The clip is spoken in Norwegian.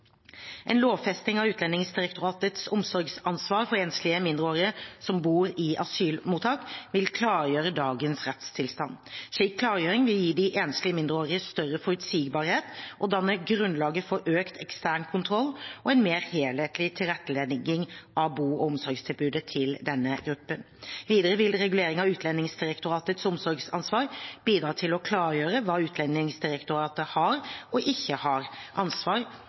En lovfesting av Utlendingsdirektoratets omsorgsansvar for enslige mindreårige som bor i asylmottak, vil klargjøre dagens rettstilstand. En slik klargjøring vil gi de enslige mindreårige større forutsigbarhet og danne grunnlaget for økt ekstern kontroll og en mer helhetlig tilrettelegging av bo- og omsorgstilbudet til denne gruppen. Videre vil regulering av Utlendingsdirektoratets omsorgsansvar bidra til å klargjøre hva Utlendingsdirektoratet har – og ikke har – ansvar